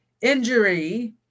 injury